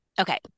Okay